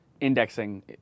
indexing